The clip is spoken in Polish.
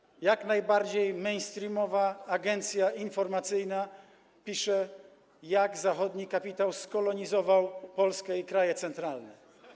Bloomberg - jak najbardziej mainstreamowa agencja informacyjna pisze, jak zachodni kapitał skolonizował Polskę i kraje centralne.